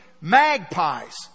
magpies